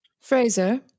Fraser